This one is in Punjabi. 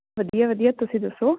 ਵਧੀਆ ਵਧੀਆ ਤੁਸੀਂ ਦੱਸੋ